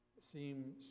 seem